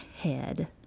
head